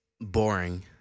Boring